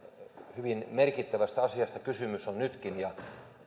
hyvin merkittävästä asiasta kysymys on nytkin ja